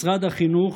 משרד החינוך